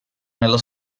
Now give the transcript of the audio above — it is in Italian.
nella